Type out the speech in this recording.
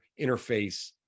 interface